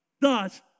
Thus